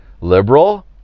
liberal